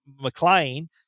McLean